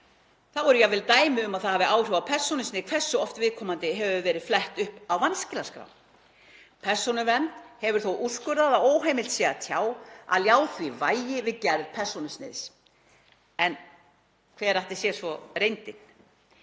Þá eru jafnvel dæmi um að það hafi áhrif á persónusnið hversu oft viðkomandi hefur verið flett upp í vanskilaskrá. Persónuvernd hefur þó úrskurðað að óheimilt sé að ljá því vægi við gerð persónusniðs. En hver ætli sé svo reyndin?